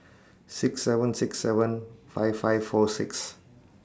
six seven six seven five five four six